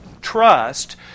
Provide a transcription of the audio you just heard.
trust